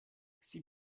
sie